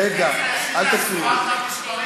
רגע, אל תפריעי לי.